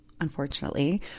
unfortunately